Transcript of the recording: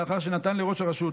לאחר שנתן לראש הרשות,